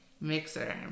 mixer